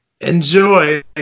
Enjoy